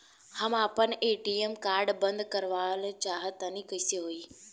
हम आपन ATM card बंद करावल चाह तनि कइसे होई?